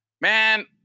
man